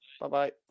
Bye-bye